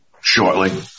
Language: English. shortly